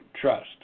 trust